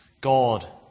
God